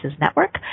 Network